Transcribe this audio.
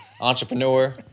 entrepreneur